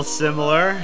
similar